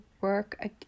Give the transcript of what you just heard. work